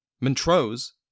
Montrose